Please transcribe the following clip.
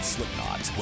Slipknot